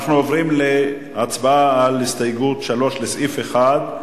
אנחנו עוברים להצבעה על הסתייגות 3 לסעיף 1,